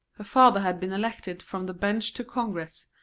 her father had been elected from the bench to congress,